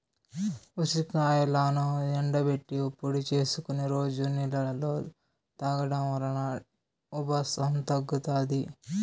ఉసిరికాయలను ఎండబెట్టి పొడి చేసుకొని రోజు నీళ్ళలో తాగడం వలన ఉబ్బసం తగ్గుతాది